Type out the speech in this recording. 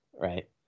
Right